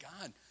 God